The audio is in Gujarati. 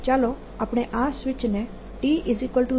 ચાલો આપણે આ સ્વીચને t 0 સમય પર ચાલુ કરીએ